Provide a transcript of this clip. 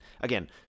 again